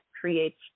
creates